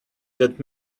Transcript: that